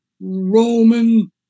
Roman